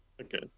Okay